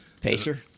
Pacer